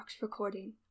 recording